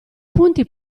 punti